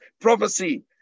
prophecy